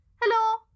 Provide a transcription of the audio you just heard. Hello